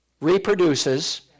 reproduces